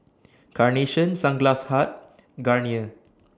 Carnation Sunglass Hut Garnier